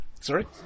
Sorry